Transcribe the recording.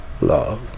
love